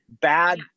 bad